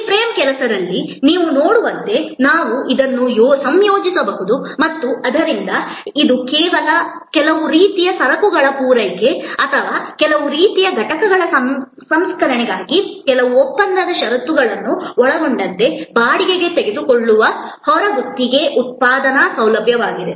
ಈ ಫ್ರೇಮ್ ಕೆಲಸದಲ್ಲಿ ನೀವು ನೋಡುವಂತೆ ನಾವು ಇದನ್ನು ಸಂಯೋಜಿಸಬಹುದು ಮತ್ತು ಆದ್ದರಿಂದ ಇದು ಕೆಲವು ರೀತಿಯ ಸರಕುಗಳ ಪೂರೈಕೆ ಅಥವಾ ಕೆಲವು ರೀತಿಯ ಘಟಕಗಳ ಸಂಸ್ಕರಣೆಗಾಗಿ ಕೆಲವು ಒಪ್ಪಂದದ ಷರತ್ತುಗಳನ್ನು ಒಳಗೊಂಡಂತೆ ಬಾಡಿಗೆಗೆ ತೆಗೆದುಕೊಳ್ಳುವ ಹೊರಗುತ್ತಿಗೆ ಉತ್ಪಾದನಾ ಸೌಲಭ್ಯವಾಗಿದೆ